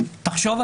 תחשוב,